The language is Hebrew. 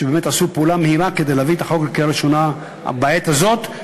שבאמת עשו פעולה מהירה כדי להביא את החוק לקריאה ראשונה בעת הזאת,